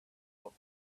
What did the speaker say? but